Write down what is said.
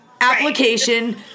application